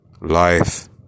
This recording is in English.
life